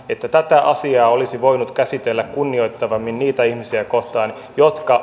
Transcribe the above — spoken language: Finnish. että tätä asiaa olisi voinut käsitellä kunnioittavammin niitä ihmisiä kohtaan jotka